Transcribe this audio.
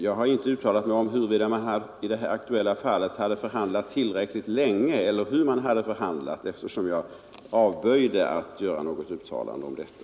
Jag har inte uttalat mig om huruvida man i det här aktuella fallet hade förhandlat tillräckligt länge eller uttalat mig om hur man hade förhandlat, utan jag avböjde att göra något uttalande om detta.